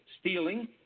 stealing